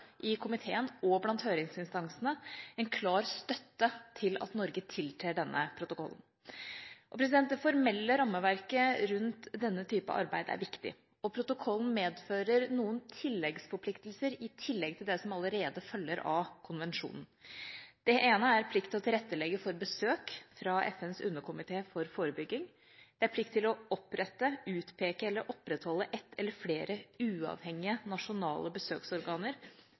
i komiteen og blant høringsinstansene en klar støtte til at Norge tiltrer denne protokollen. Det formelle rammeverket rundt slikt arbeid er viktig. Protokollen medfører noen tilleggsforpliktelser i tillegg til det som allerede følger av konvensjonen. Det ene er plikt til å tilrettelegge for besøk fra FNs underkomite for forebygging. Det er plikt til å opprette, utpeke eller opprettholde ett eller flere uavhengige nasjonale besøksorganer